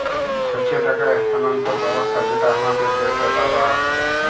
হচ্যে টাকা স্থানান্তর ব্যবস্থা যেটা হামাদের দ্যাশে ব্যবহার হ্যয়